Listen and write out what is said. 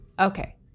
okay